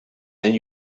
and